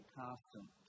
constant